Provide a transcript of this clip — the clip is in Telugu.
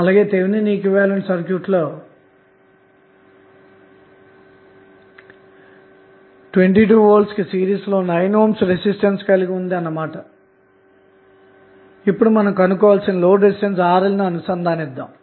అలాగే థెవినిన్ ఈక్వివలెంట్ సర్క్యూట్ లో 22 V కి సిరీస్ లో 9 ohm రెసిస్టెన్స్ కలిగి ఉంది అన్న మాట మారు కొనుక్కోవలసిన లోడ్ రెసిస్టన్స్ RL ను అనుసంధానిద్దాము